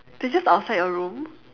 they just outside your room